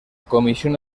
comisión